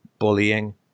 bullying